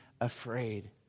afraid